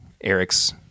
Eric's